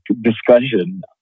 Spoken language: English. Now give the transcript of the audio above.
discussion